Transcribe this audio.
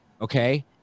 Okay